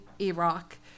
Iraq